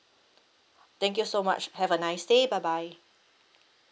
thank you so much have a nice day bye bye